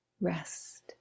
rest